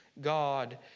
God